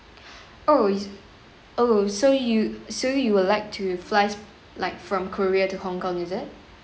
oh oh so you so you would like to fly like from korea to hong kong is it